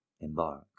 Embark